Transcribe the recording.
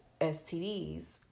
STDs